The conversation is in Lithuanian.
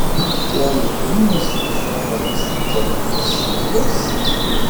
kuo naudingos mūsų organizmui džiovintos slyvos